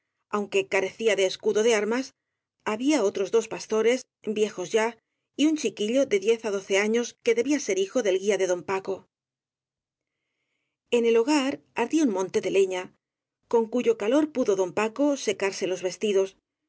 aunque carecía de escudo de armas había otros dos pastores viejos ya y un chiquillo de diez á doce años que debía de ser hijo del guía de don paco en el hogar ardía un monte de leña con cuyo calor pudo don paco secarse los vestidos